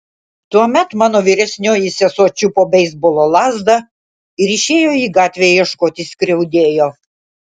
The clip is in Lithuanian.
tuomet mano vyresnioji sesuo čiupo beisbolo lazdą ir išėjo į gatvę ieškoti skriaudėjo